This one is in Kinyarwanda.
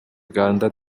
uganda